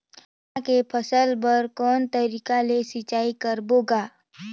चना के फसल बर कोन तरीका ले सिंचाई करबो गा?